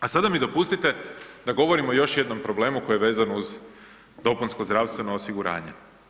A sada mi dopustite da govorim o još jednom problemu koji je vezan uz dopunsko zdravstveno osiguranje.